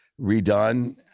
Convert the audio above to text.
redone